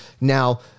Now